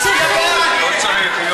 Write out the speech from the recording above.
לא צריך.